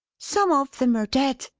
some of them are dead,